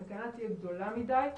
הסכנה תהיה גדולה מדי.